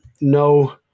no